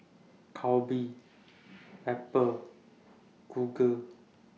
Calbee Apple Google